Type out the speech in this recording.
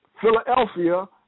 Philadelphia